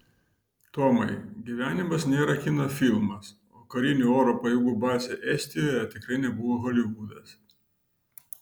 tomai gyvenimas nėra kino filmas o karinių oro pajėgų bazė estijoje tikrai nebuvo holivudas